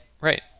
Right